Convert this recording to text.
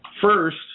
First